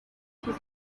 she